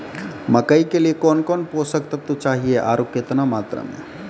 मकई के लिए कौन कौन पोसक तत्व चाहिए आरु केतना मात्रा मे?